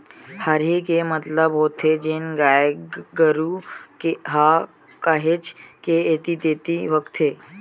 हरही के मतलब होथे जेन गाय गरु ह काहेच के ऐती तेती भागथे